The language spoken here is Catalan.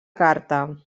carta